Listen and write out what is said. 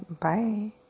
Bye